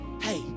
Hey